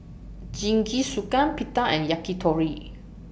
Jingisukan Pita and Yakitori